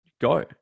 go